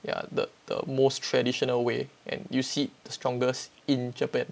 ya the the most traditional way and you see the strongest in japan